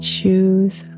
Choose